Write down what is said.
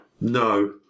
No